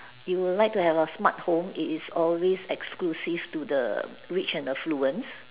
you will like to have a smart home it is always exclusive to the rich and the fluence